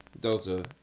Delta